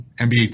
NBA